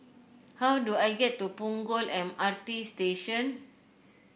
how do I get to Punggol M R T Station